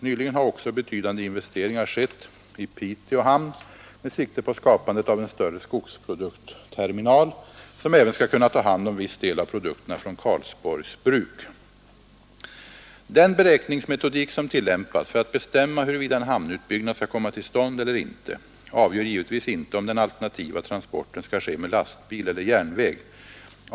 Nyligen har också betydande investeringar skett i Piteå hamn med sikte på skapandet av en större skogsproduktsterminal, som även skall kunna ta hand om viss del av Den beräkningsmetodik som tillämpas för att bestämma huruvida en hamnutbyggnad skall komma till stånd eller inte avgör givetvis inte om den alternativa transporten skall ske med lastbil eller järnväg.